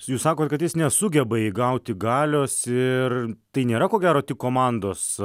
jus sakot kad jis nesugeba įgauti galios ir tai nėra ko gero tik komandos